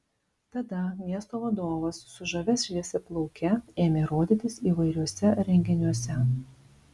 tada miesto vadovas su žavia šviesiaplauke ėmė rodytis įvairiuose renginiuose